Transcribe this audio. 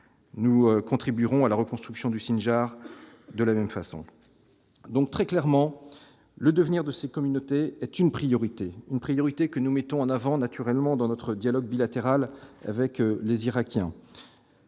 nous contribuerons à la reconstruction du site de la même façon, donc très clairement le devenir de ces communautés est une priorité, une priorité que nous mettons en avant naturellement dans notre dialogue bilatéral avec les Irakiens